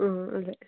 ആ അതെ